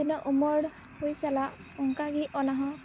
ᱛᱤᱱᱟᱹ ᱩᱢᱟᱹᱨ ᱦᱩᱭ ᱪᱟᱞᱟᱜ ᱚᱱᱠᱟᱜᱤ ᱚᱱᱟᱦᱚᱸ